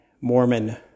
Mormon